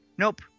Nope